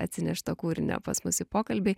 atsinešto kūrinio pas mus į pokalbį